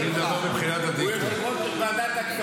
אני שאלתי אותך איפה יושב ראש ועדת הכספים של הכנסת.